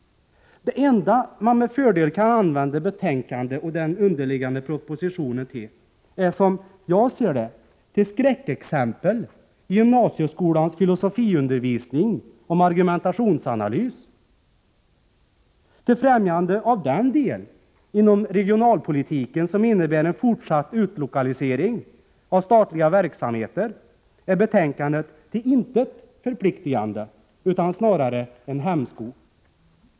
Det enda man med fördel kan använda betänkandet och den underliggande propositionen till är som skräckexempel i gymnasieskolans filosofiundervisning om argumentationsanalys. När det gäller främjande av den del av regionalpolitiken som innebär en fortsatt utlokalisering av statliga verksamheter är betänkandet till intet förpliktande; snarare är det en hämsko.